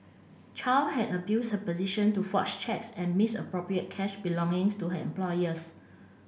Chow had abused her position to forge cheques and misappropriate cash belongings to her employers